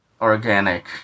Organic